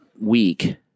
week